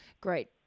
great